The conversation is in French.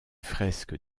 fresques